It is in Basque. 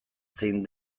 zein